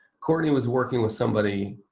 courtney was working with somebody.